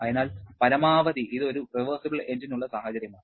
അതിനാൽ പരമാവധി ഇത് ഒരു റിവേർസിബിൾ എഞ്ചിനുള്ള സാഹചര്യമാണ്